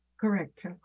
Correct